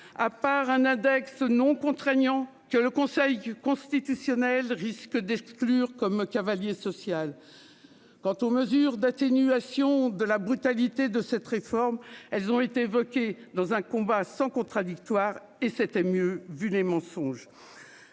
à part un index non contraignant que le Conseil du constitutionnel risque d'exclure comme cavalier social. Quant aux mesures d'atténuation de la brutalité de cette réforme. Elles ont été évoquées dans un combat sans contradictoire et c'était mieux vu des mensonges.